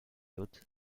haute